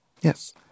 Yes